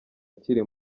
akiri